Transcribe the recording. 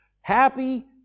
happy